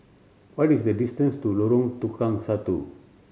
what is the distance to Lorong Tukang Satu